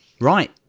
right